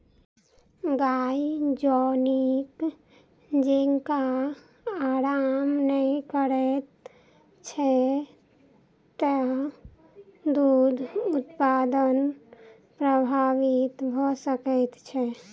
गाय जँ नीक जेँका आराम नै करैत छै त दूध उत्पादन प्रभावित भ सकैत छै